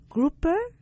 Grouper